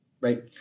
right